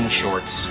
shorts